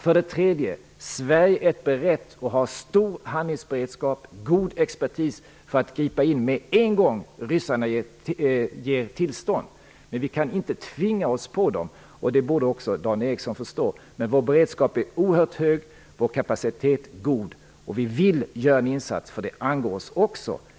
För det tredje är Sverige berett att ha stor handlingsberedskap och god expertis för att gripa in med en gång när ryssarna ger tillstånd. Men vi kan inte tvinga oss på dem. Det borde också Dan Ericsson förstå. Vår beredskap är oerhört hög. Vår kapacitet är god. Vi vill göra en insats, för det angår oss också.